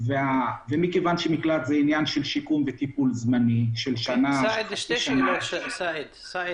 מכיוון שמקלט זה עניין של שיקום וטיפול זמני --- שתי שאלות ברשותך,